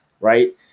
right